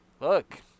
look